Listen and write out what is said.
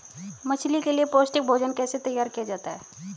मछली के लिए पौष्टिक भोजन कैसे तैयार किया जाता है?